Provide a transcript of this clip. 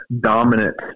dominant